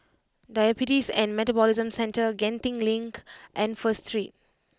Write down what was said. Diabetes and Metabolism Centre Genting Link and First Street